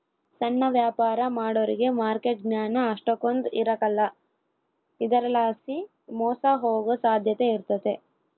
ಸಣ್ಣ ವ್ಯಾಪಾರ ಮಾಡೋರಿಗೆ ಮಾರ್ಕೆಟ್ ಜ್ಞಾನ ಅಷ್ಟಕೊಂದ್ ಇರಕಲ್ಲ ಇದರಲಾಸಿ ಮೋಸ ಹೋಗೋ ಸಾಧ್ಯತೆ ಇರ್ತತೆ